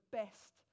best